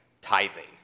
tithing